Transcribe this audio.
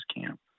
camp